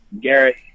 Garrett